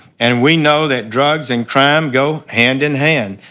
and we know that drugs and crime go hand-in-hand.